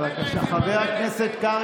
לבחור בך.